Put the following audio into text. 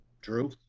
Drew